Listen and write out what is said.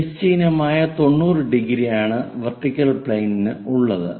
തിരശ്ചീനമായി 90 ഡിഗ്രിയാണ് vertical plane ഉള്ളത്